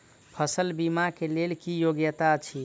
फसल बीमा केँ लेल की योग्यता अछि?